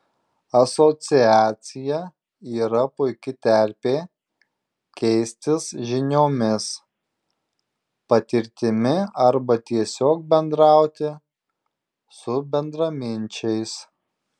asociacija yra puiki terpė keistis žiniomis patirtimi arba tiesiog bendrauti su bendraminčiais